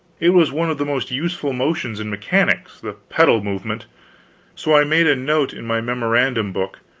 it was one of the most useful motions in mechanics, the pedal movement so i made a note in my memorandum book,